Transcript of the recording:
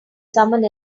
someone